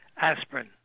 aspirin